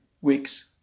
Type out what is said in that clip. weeks